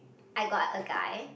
I got a guy